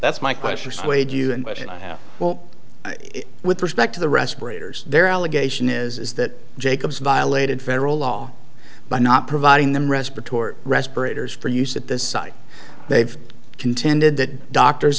that's my question or swayed you well with respect to the respirators there allegation is that jacobs violated federal law by not providing them respiratory respirators for use at this site they've contended that doctors